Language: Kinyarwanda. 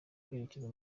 kwerekeza